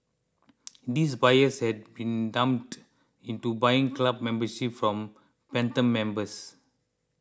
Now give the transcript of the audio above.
these buyers had been duped into buying club memberships from phantom members